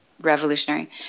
Revolutionary